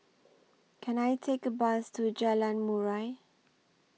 Can I Take A Bus to Jalan Murai